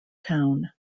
town